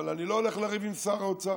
אבל אני לא הולך לריב עם שר האוצר,